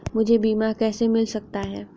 मुझे बीमा कैसे मिल सकता है?